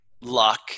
luck